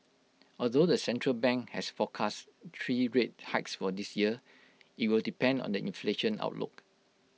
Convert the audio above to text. although the central bank has forecast three rate hikes for this year IT will depend on the inflation outlook